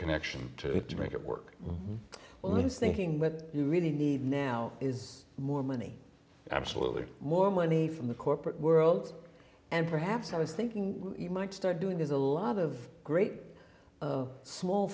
connection to make it work when thinking what you really need now is more money absolutely more money from the corporate world and perhaps i was thinking you might start doing that a lot of great of small